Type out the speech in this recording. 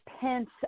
Pence